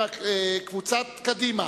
קבוצת קדימה,